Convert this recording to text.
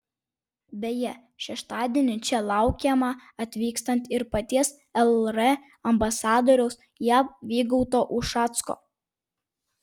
beje šeštadienį čia laukiamą atvykstant ir paties lr ambasadoriaus jav vygaudo ušacko